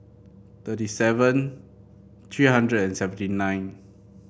thirty seven three hundred and seventy nine